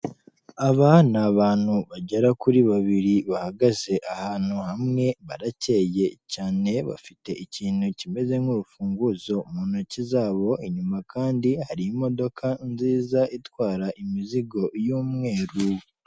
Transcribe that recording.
Aba ni abantu bagera kuri babiri bahagaze ahantu hamwe, barakeye cyane bafite ikintu kimeze nk'urufunguzo mu ntoki zabo, inyuma kandi hari imodoka nziza itwara imizigo y'umweru.